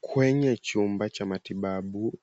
Kwenye chumba cha matibabu,